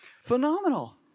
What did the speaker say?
Phenomenal